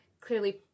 clearly